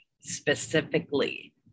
specifically